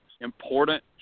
important